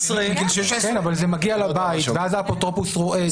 אבל זה מגיע לבית, ואז האפוטרופוס רואה.